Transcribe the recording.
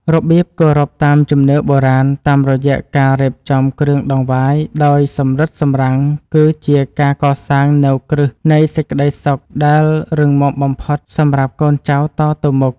របៀបគោរពតាមជំនឿបុរាណតាមរយៈការរៀបចំគ្រឿងដង្វាយដោយសម្រិតសម្រាំងគឺជាការកសាងនូវគ្រឹះនៃសេចក្តីសុខដែលរឹងមាំបំផុតសម្រាប់កូនចៅតទៅមុខ។